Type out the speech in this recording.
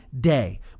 day